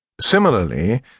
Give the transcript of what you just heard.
Similarly